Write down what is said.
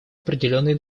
определенные